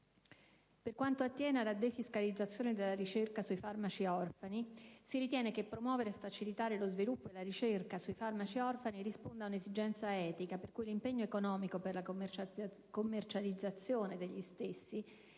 Per quanto attiene alla defiscalizzazione della ricerca sui farmaci orfani, si ritiene che promuovere e facilitare lo sviluppo e la ricerca sui farmaci orfani risponda ad un'esigenza etica per cui l'impegno economico per la commercializzazione degli stessi,